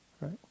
right